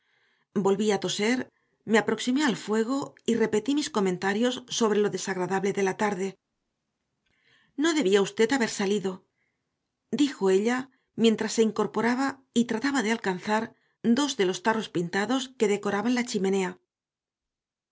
volví a toser me aproximé al fuego y repetí mis comentarios sobre lo desagradable de la tarde no debía usted haber salido dijo ella mientras se incorporaba y trataba de alcanzar dos de los tarros pintados que decoraban la chimenea